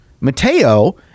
Mateo